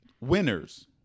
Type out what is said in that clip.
winners